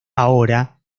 ahora